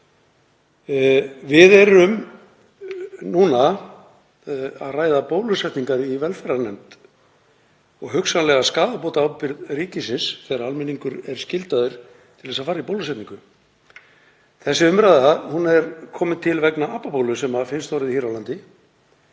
Við erum núna að ræða bólusetningar í velferðarnefnd og hugsanlega skaðabótaábyrgð ríkisins þegar almenningur er skyldaður til að fara í bólusetningu. Þessi umræða er komin til vegna apabólu sem finnst orðið hér á landi